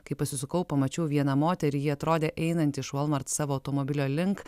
kai pasisukau pamačiau vieną moterį ji atrodė einanti iš walmart savo automobilio link